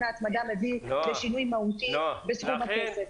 ההצמדה מביא לשינוי מהותי בסכום הכסף.